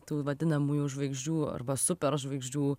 tų vadinamųjų žvaigždžių arba superžvaigždžių